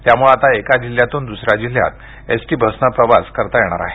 त्यामुळे आता एका जिल्ह्यातून दुसऱ्या जिल्ह्यात एसटी बसनं प्रवास करता येणार आहे